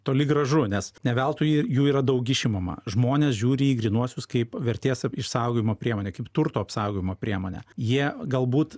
toli gražu nes ne veltui jų yra daug išimama žmonės žiūri į grynuosius kaip vertės išsaugojimo priemonė kaip turto apsaugojimo priemonę jie galbūt